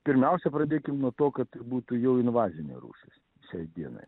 pirmiausia pradėkim nuo to kad tai būtų jau invazinė rūšis šiai dienai